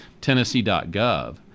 Tennessee.gov